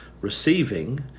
receiving